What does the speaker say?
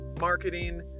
marketing